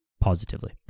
positively